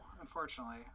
unfortunately